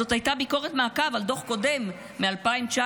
זאת הייתה ביקורת מעקב על דוח קודם, מ-2019.